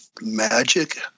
magic